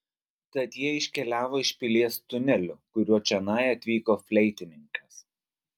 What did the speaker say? tad jie iškeliavo iš pilies tuneliu kuriuo čionai atvyko fleitininkas